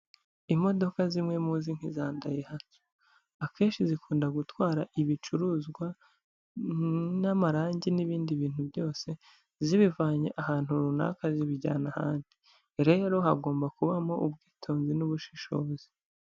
Imodoka zimwe muzi nk'iza dayihatsu, akenshi zikunda gutwara ibicuruzwa n'amarangi n'ibindi bintu byose, zibivanye ahantu runaka zibijyana ahandi, rero hagomba kubamo ubwitonzi n'ubushishozi.